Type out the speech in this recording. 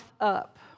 up